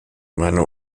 meine